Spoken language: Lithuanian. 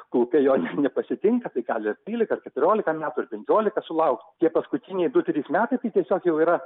kulka jo ne nepasitinka tai gali ir dvylika ir keturiolika metų ir penkiolika sulaukt tie paskutiniai du trys metai tai tiesiog jau yra